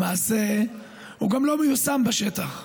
למעשה גם לא מיושם בשטח.